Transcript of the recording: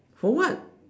for what